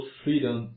freedom